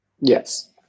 Yes